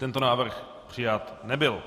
Tento návrh přijat nebyl.